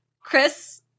Chris